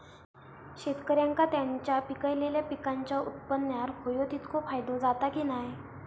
शेतकऱ्यांका त्यांचा पिकयलेल्या पीकांच्या उत्पन्नार होयो तितको फायदो जाता काय की नाय?